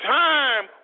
time